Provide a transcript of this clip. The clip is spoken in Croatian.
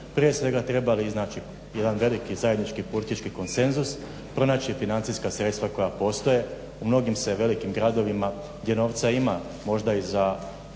prije svega trebali iznaći jedan veliki zajednički politički konsenzus, pronaći financijska sredstva koja postoje. U mnogim se velikim gradovima gdje novca ima možda i za